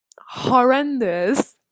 horrendous